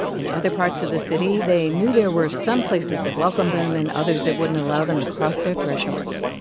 in other parts of the city, they knew there were some places that welcomed them and others that wouldn't allow them to cross their thresholds.